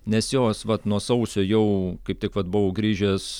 nes jos vat nuo sausio jau kaip tik vat buvau grįžęs